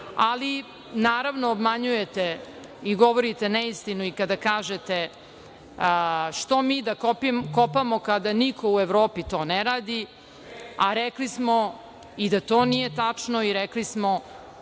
radi? Naravno, obmanjujete i govorite neistinu i kada kažete, što mi da kopamo kada niko u Evropi to ne radi. Rekli smo i da to nije tačno i rekli smo